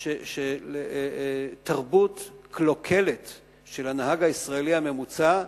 על תרבות קלוקלת של הנהג הישראלי הממוצע,